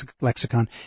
lexicon